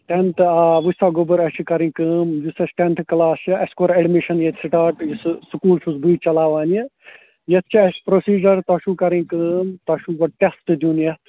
tenth آ وٕچھ سا گوٚبُر اَسہِ چھ کرٕنۍ کٲم یُس اَسہِ ٹٮ۪نٛتھ کَلاس چھِ اَسہِ کوٚر اٮ۪ڈمِشن ییٚتہِ سِٹاٹ یہِ سُہ سٕکوٗل چھُس بٕے چَلاوان یہِ یَتھ چھُ اَسہِ پرٛوٚسیٖجَر تۄہہِ چھِو کَرٕنۍ کٲم تۄہہِ چھُو گۄڈٕ ٹٮ۪سٹ دِیُن یَتھ